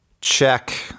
check